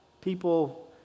people